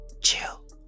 chill